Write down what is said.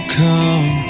come